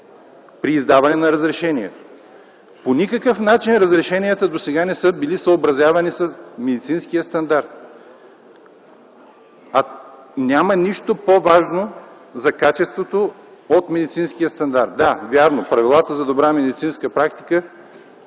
при издаване на разрешения. По никакъв начин разрешенията не са били съобразявани с медицинския стандарт. Няма нищо по-важно за качеството от медицинския стандарт. Да, вярно, правилата за добра медицинска практика